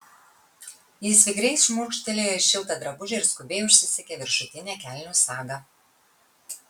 jis vikriai šmurkštelėjo į šiltą drabužį ir skubiai užsisegė viršutinę kelnių sagą